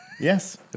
Yes